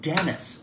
Dennis